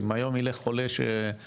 אם היום ילך עולה שאני יודע,